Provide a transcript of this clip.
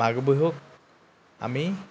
মাঘ বিহুক আমি